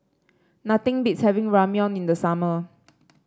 nothing beats having Ramyeon in the summer